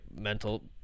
mental